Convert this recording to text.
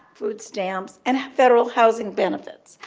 food stamps and federal housing benefits.